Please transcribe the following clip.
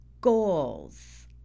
goals